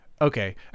Okay